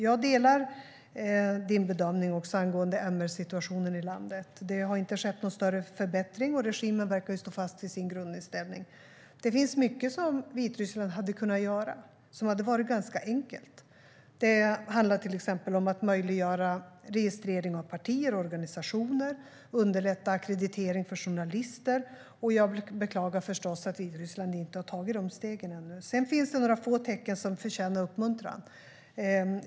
Jag delar din bedömning också angående MR-situationen i landet. Det har inte skett någon större förbättring, och regimen verkar stå fast vid sin grundinställning. Det finns mycket som Vitryssland hade kunnat göra och som hade varit ganska enkelt. Det handlar till exempel om att möjliggöra registrering av partier och organisationer och att underlätta ackreditering för journalister. Jag beklagar förstås att Vitryssland inte har tagit de stegen ännu. Sedan finns det några få tecken som förtjänar uppmuntran.